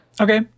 Okay